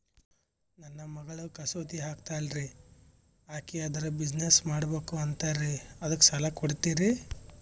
ನನ್ನ ಮಗಳು ಕಸೂತಿ ಹಾಕ್ತಾಲ್ರಿ, ಅಕಿ ಅದರ ಬಿಸಿನೆಸ್ ಮಾಡಬಕು ಅಂತರಿ ಅದಕ್ಕ ಸಾಲ ಕೊಡ್ತೀರ್ರಿ?